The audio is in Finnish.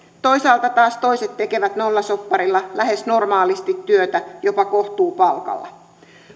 toisaalta taas toiset tekevät nollasopparilla lähes normaalisti työtä jopa kohtuupalkalla